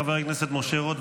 חבר הכנסת משה רוט,